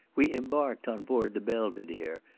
we embarked on board the belvidere,